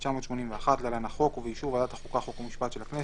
התשמ"א-1981 להלן - החוק) ובאישור ועדת החוקה חוק ומשפט של הכנסת,